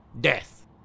Death